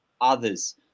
others